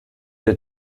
der